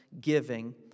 giving